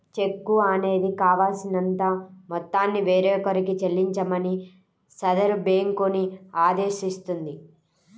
చెక్కు అనేది కావాల్సినంత మొత్తాన్ని వేరొకరికి చెల్లించమని సదరు బ్యేంకుని ఆదేశిస్తుంది